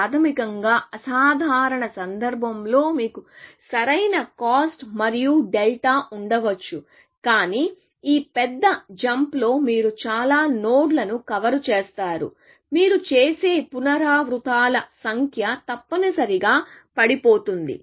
ప్రాథమికంగా అసాధారణ సందర్భంలో మీకు సరైన కాస్ట్ మరియు డెల్టా ఉండవచ్చు కానీ ఈ పెద్ద జంప్లో మీరు చాలా నోడ్లను కవర్ చేస్తారు మీరు చేసే పునరావృతాల సంఖ్య తప్పనిసరిగా పడిపోతుంది